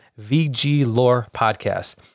VGLorePodcast